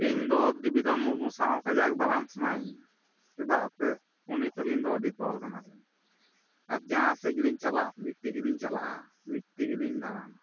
ᱤᱧᱫᱚ ᱫᱮᱵᱤ ᱫᱷᱚᱱ ᱢᱩᱨᱢᱩ ᱥᱟᱶ ᱠᱟᱡᱟᱠ ᱫᱟᱬᱟᱱ ᱥᱟᱱᱟᱭᱤᱧᱟ ᱪᱮᱫᱟᱜ ᱥᱮ ᱩᱱᱤ ᱛᱟᱹᱞᱤᱧ ᱫᱚ ᱟᱹᱰᱤ ᱫᱚᱞ ᱠᱟᱱᱟ ᱞᱤᱧ ᱟᱨ ᱡᱟᱦᱟᱸ ᱥᱮᱫ ᱜᱮᱞᱤᱧ ᱪᱟᱞᱟᱜ ᱢᱤᱫ ᱛᱮᱜᱮ ᱞᱤᱧ ᱪᱟᱞᱟᱜᱼᱟ ᱢᱤᱫ ᱛᱮᱜᱮ ᱞᱤᱧ ᱫᱟᱬᱟᱱᱟ